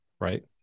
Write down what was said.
right